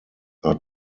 are